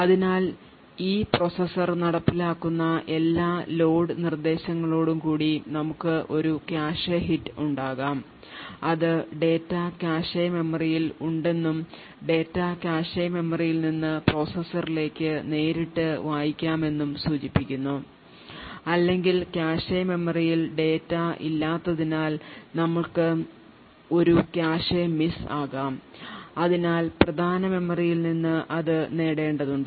അതിനാൽ ഈ പ്രോസസ്സർ നടപ്പിലാക്കുന്ന എല്ലാ ലോഡ് നിർദ്ദേശങ്ങളോടും കൂടി നമുക്ക് ഒരു കാഷെ ഹിറ്റ് ഉണ്ടാകാം അത് ഡാറ്റ കാഷെ മെമ്മറിയിൽ ഉണ്ടെന്നും ഡാറ്റ കാഷെ മെമ്മറിയിൽ നിന്ന് പ്രോസസ്സറിലേക്ക് നേരിട്ട് വായിക്കാമെന്നും സൂചിപ്പിക്കുന്നു അല്ലെങ്കിൽ കാഷെ മെമ്മറിയിൽ ഡാറ്റ ഇല്ലാത്തതിനാൽ ഞങ്ങൾക്ക് ഒരു കാഷെ മിസ് ആകാം അതിനാൽ പ്രധാന മെമ്മറിയിൽ നിന്ന് അത് നേടേണ്ടതുണ്ട്